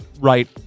right